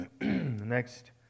next